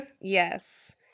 Yes